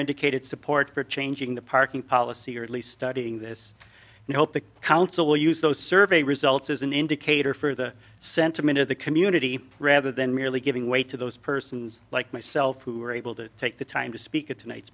indicated support for changing the parking policy or at least studying this and hope the council will use those survey results as an indicator for the sentiment of the community rather than merely giving way to those persons like myself who are able to take the time to speak at tonight